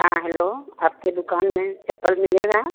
हाँ हेलो आपकी दुक़ान में चप्पल मिलेगा